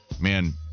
man